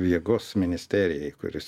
jėgos ministerijai kuris